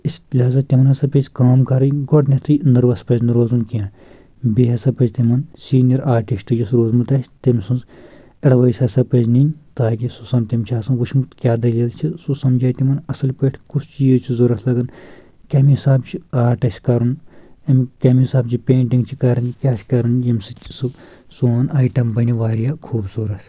اِس لِحازا تِمن ہسا پَزِ کٲم کَرٕنۍ گۄڈنیٚتھٕے نٔروَس پَزِ نہٕ روزُن کینٛہہ بیٚیہِ ہسا پَزِ تِمَن سیٖنیَر آٹِسٹہٕ یُس روٗدمُت آسہِ تٔمۍ سٕنٛز ایٚڈوایس ہسا پزِ نِنۍ تاکہِ سُہ سَم تٔمۍ چھِ آسان وُچھمُت کیاہ دٔلیٖل چھِ سُہ سمجایہِ تِمَن اصٕل پٲٹھۍ کُس چیٖز چھِ ضوٚرتھ لَگَن کمہِ حِساب چھِ آٹ اَسہِ کرُن کمہِ حِساب چھِ پینٹنٛگ چھِ کران کیاہ چھِ کران ییٚمہِ سۭتۍ سُہ سون آیٹم بَنہِ واریاہ خوٗبصوٗرت